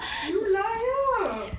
you liar